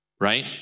right